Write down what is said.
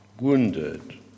Wounded